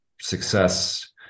success